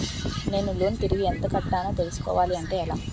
నేను లోన్ తిరిగి ఎంత కట్టానో తెలుసుకోవాలి అంటే ఎలా?